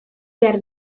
behar